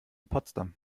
potsdam